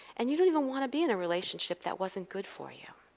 and you don't even want to be in a relationship that wasn't good for you.